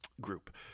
group